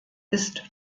ist